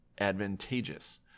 advantageous